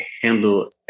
handle